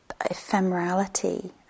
ephemerality